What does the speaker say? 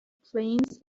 plains